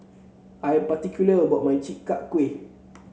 I'm particular about my Chi Kak Kuih